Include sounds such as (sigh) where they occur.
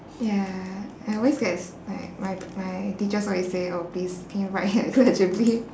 ya I always gets like my my teachers always say oh please can you write (laughs) like legibly